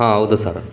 ಹಾಂ ಹೌದು ಸರ್